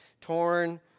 torn